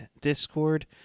Discord